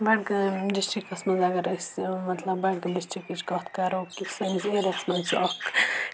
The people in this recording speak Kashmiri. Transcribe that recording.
بَڈگام ڈِسٹرکَس منٛز اگر أسۍ مطلب بَڈگٲمۍ ڈِسٹرکٕچ کَتھ کَرو کہِ سٲنِس ایریاہَس منٛز چھُ اَکھ